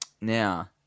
now